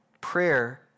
prayer